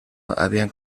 habían